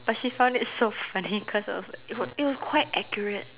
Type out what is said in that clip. but she found it so funny cause of it was quite accurate